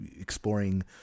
exploring